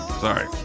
Sorry